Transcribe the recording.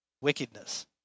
wickedness